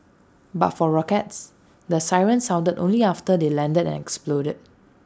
but for rockets the sirens sounded only after they landed and exploded